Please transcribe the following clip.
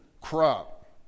crop